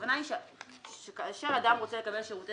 הכוונה היא שכאשר אדם רוצה לקבל שירותי